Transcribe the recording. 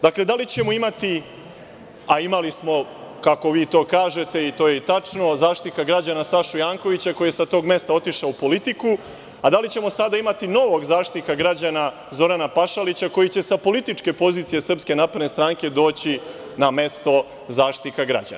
Dakle, da li ćemo imati, a imali smo, kako vi to kažete i to je tačno, Zaštitnika građana Sašu Jankovića koji je sa tog mesta otišao u politiku, a da li ćemo sada imati novog Zaštitnika građana Zorana Pašalića koji će sa političke pozicije SNS doći na mesto Zaštitnika građana?